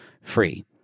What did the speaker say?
free